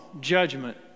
judgment